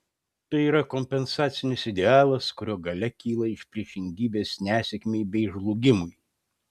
tai yra kompensacinis idealas kurio galia kyla iš priešingybės nesėkmei bei žlugimui